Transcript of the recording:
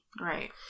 Right